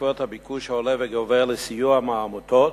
בעקבות הביקוש העולה וגובר לסיוע מהעמותות,